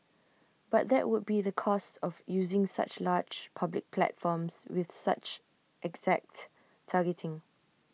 but that would be the cost of using such large public platforms with such exact targeting